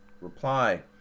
Reply